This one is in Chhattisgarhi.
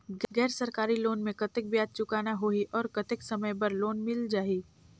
गैर सरकारी लोन मे कतेक ब्याज चुकाना होही और कतेक समय बर लोन मिल जाहि?